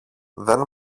δεν